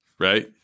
Right